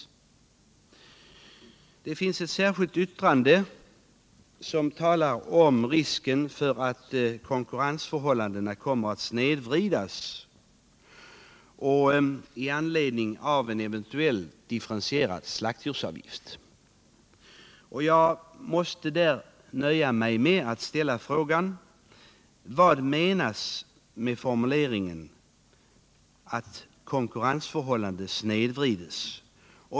Till betänkandet är också fogat ett särskilt yttrande som talar om att konkurrensförhållandena skulle komma att snedvridas om en differentierad slaktdjursavgift infördes. Jag vill med anledning av detta nöja mig med att ställa frågan: Vad menas med formuleringen att konkurrensförhållandena ”snedvrids”?